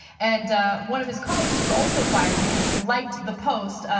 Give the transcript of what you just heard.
and one of his colleagues was also fired because he liked the post,